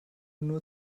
nur